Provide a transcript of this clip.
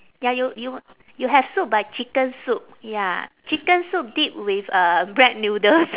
ya you you you have soup but chicken soup ya chicken soup dip with uh bread noodles